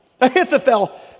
Ahithophel